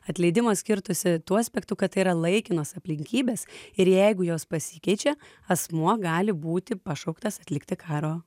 atleidimo skirtųsi tuo aspektu kad tai yra laikinos aplinkybės ir jeigu jos pasikeičia asmuo gali būti pašauktas atlikti karo